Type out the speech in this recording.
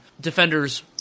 defenders